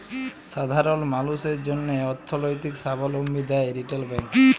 সাধারল মালুসের জ্যনহে অথ্থলৈতিক সাবলম্বী দেয় রিটেল ব্যাংক